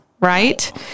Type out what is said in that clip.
Right